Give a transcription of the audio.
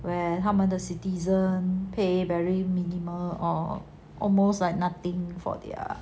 when 他们的 citizen pay very minimal or almost like nothing for their